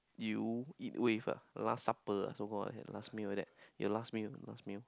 you eat with ah last supper ah so call like last meal like that your last meal last meal